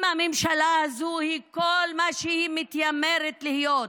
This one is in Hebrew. אם הממשלה הזאת היא כל מה שהיא מתיימרת להיות,